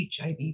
HIV